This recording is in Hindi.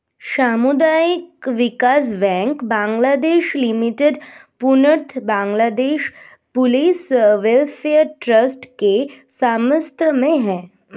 सामुदायिक विकास बैंक बांग्लादेश लिमिटेड पूर्णतः बांग्लादेश पुलिस वेलफेयर ट्रस्ट के स्वामित्व में है